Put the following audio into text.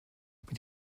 mit